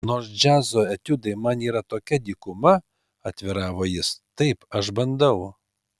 nors džiazo etiudai man yra tokia dykuma atviravo jis taip aš bandau